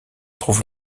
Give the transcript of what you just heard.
trouve